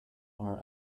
are